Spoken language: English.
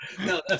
No